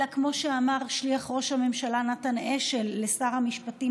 אלא כמו שאמר שליח ראש הממשלה נתן אשל לשר המשפטים,